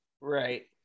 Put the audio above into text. Right